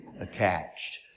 attached